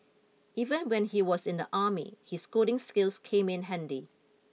even when he was in the army his coding skills came in handy